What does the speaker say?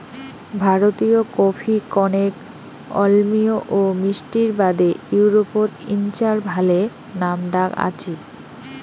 ভারতীয় কফি কণেক অম্লীয় ও মিষ্টির বাদে ইউরোপত ইঞার ভালে নামডাক আছি